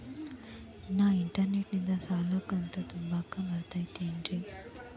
ನಾ ಇಂಟರ್ನೆಟ್ ನಿಂದ ಸಾಲದ ಕಂತು ತುಂಬಾಕ್ ಬರತೈತೇನ್ರೇ?